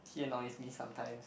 he annoys me sometimes